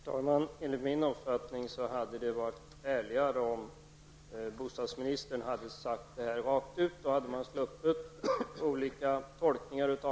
Herr talman! Enligt min mening hade det varit ärligare om bostadsministern hade sagt detta rakt ut. Då hade man sluppit olika tolkningar.